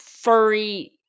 Furry